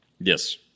Yes